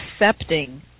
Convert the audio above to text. accepting